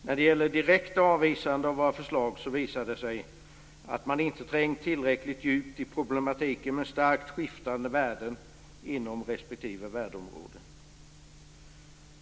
När det gäller direkt avvisande av våra förslag visar det sig att man inte trängt tillräckligt djupt in i problematiken med starkt skiftande värden inom respektive värdeområde.